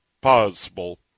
possible